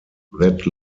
that